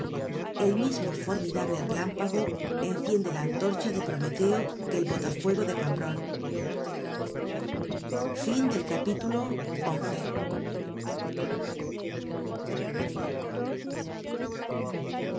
el mismo formidable relámpago enciende la antorcha de prometeo que el botafuego de cambronne